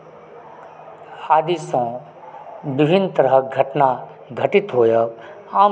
आदि सँ विभिन्न तरहक घटना घटित होयब आम दिन होइत रहैत अछि